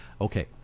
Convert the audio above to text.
Okay